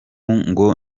ngo